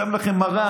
שם לכם מראה,